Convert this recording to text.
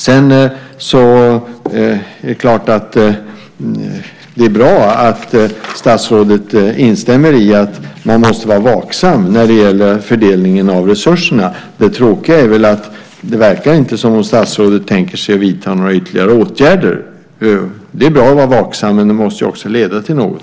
Det är givetvis bra att statsrådet instämmer i att man måste vara vaksam beträffande fördelningen av resurserna. Det tråkiga är att det inte verkar som om statsrådet tänker vidta några ytterligare åtgärder. Det är bra att vara vaksam, men det måste också leda till något.